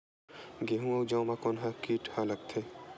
गेहूं अउ जौ मा कोन से कीट हा लगथे?